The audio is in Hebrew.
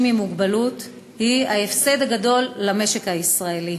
עם מוגבלות היא ההפסד הגדול למשק הישראלי.